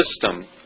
system